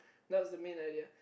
that was the main idea